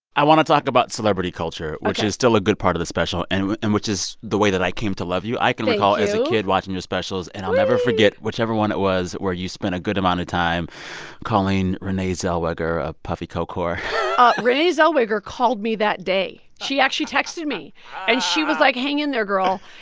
i want to talk about celebrity culture, which is still a good part of the special and which and which is the way that i came to love you thank you i can recall as a kid watching your specials and i'll never forget whichever one it was where you spent a good amount of time calling renee zellweger a puffy coke whore renee zellweger called me that day. she actually texted me and she was like, hang in there, girl.